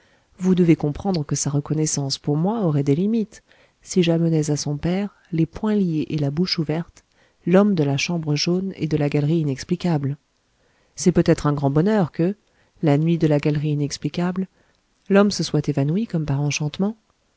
vous devez comprendre que sa reconnaissance pour moi aurait des limites si j'amenais à son père les poings liés et la bouche ouverte l'homme de la chambre jaune et de la galerie inexplicable c'est peut-être un grand bonheur que la nuit de la galerie inexplicable l'homme se soit évanoui par enchantement